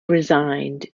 resigned